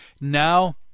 now